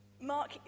Mark